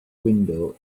window